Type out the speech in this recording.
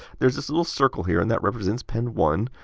there's this little circle here, and that represents pin one.